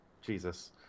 Jesus